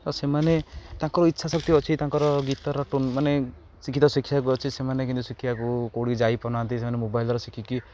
ଆଉ ସେମାନେ ତାଙ୍କର ଇଚ୍ଛା ଶକ୍ତି ଅଛି ତାଙ୍କର ଗୀତର ଟୁନ ମାନେ ସଙ୍ଗୀତ ଶିଖିବାକୁ ଅଛି ସେମାନେ କିନ୍ତୁ ଶିଖିବାକୁ କେଉଁଠି ଯାଇପାରୁନାହାନ୍ତି ସେମାନେ ମୋବାଇଲର ଶିଖିକି